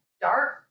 dark